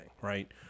right